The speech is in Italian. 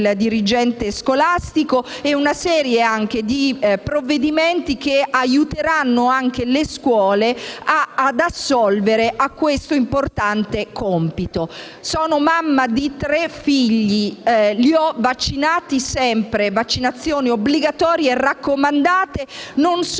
dirigente scolastico e su una serie di provvedimenti che aiuteranno le scuole ad assolvere questo importante compito. Sono mamma di tre figli e li ho vaccinati sempre (vaccinazioni obbligatorie e raccomandate), non solo